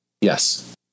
Yes